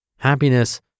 Happiness